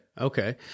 Okay